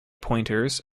pointers